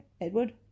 Edward